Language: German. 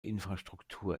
infrastruktur